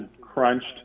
crunched